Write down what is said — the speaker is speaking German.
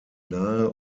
nahe